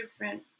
different